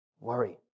Worry